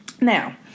now